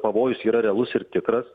pavojus yra realus ir tikras